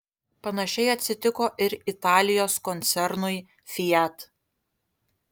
panašiai atsitiko ir italijos koncernui fiat